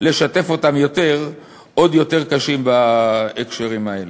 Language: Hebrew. לשתף אותם יותר עוד יותר קשים בהקשרים האלה.